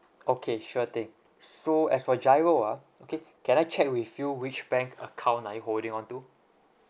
okay sure thing so as for GIRO ah okay can I check with you which bank account are you holding on to